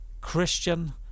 Christian